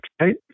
right